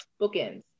bookends